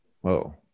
Whoa